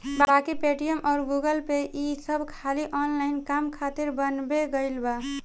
बाकी पेटीएम अउर गूगलपे ई सब खाली ऑनलाइन काम खातिर बनबे कईल बा